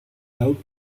out